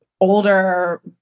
older